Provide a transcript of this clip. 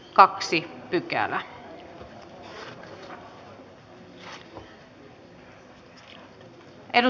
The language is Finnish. arvoisa rouva puhemies